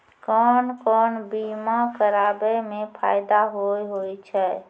कोन कोन बीमा कराबै मे फायदा होय होय छै?